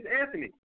Anthony